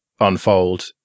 unfold